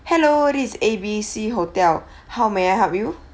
below it is A B C hotel how may I help you